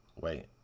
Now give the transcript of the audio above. Wait